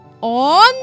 on